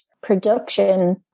production